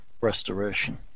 Restoration